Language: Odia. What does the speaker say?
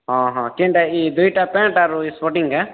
ହଁ ହଁ କେନ୍ତା କି ଦୁଇଟା ପ୍ୟାଣ୍ଟ୍ ଆରୁ